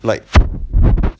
like